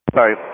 Sorry